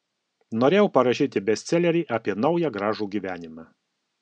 norėjau parašyti bestselerį apie naują gražų gyvenimą